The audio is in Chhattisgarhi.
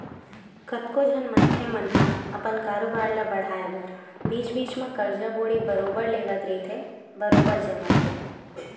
कतको झन मनखे मन ह अपन कारोबार ल बड़हाय बर बीच बीच म करजा बोड़ी बरोबर लेवत रहिथे बरोबर जमत ले